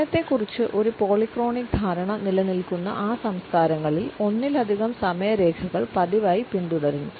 സമയത്തെക്കുറിച്ച് ഒരു പോളിക്രോണിക് ധാരണ നിലനിൽക്കുന്ന ആ സംസ്കാരങ്ങളിൽ ഒന്നിലധികം സമയരേഖകൾ പതിവായി പിന്തുടരുന്നു